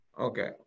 Okay